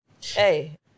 hey